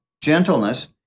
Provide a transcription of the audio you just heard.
gentleness